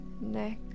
neck